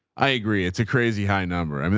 i agree. it's a crazy high number. i mean